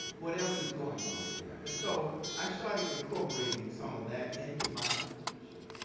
what else is going on there? and so i started incorporating some of that into my own teaching.